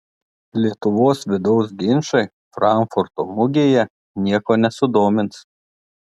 lietuvos vidaus ginčai frankfurto mugėje nieko nesudomins